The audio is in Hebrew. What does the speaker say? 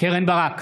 קרן ברק,